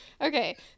Okay